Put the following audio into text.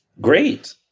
great